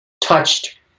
touched